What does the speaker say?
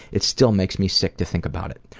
it still makes me sick to think about it.